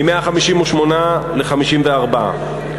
מ-158 ל-54.